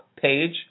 page